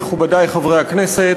מכובדי חברי הכנסת,